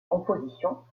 compositions